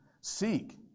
Seek